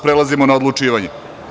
Prelazimo na odlučivanje.